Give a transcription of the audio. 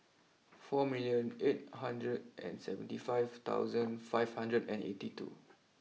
four million eight hundred and seventy five thousand five hundred and eighty two